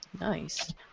Nice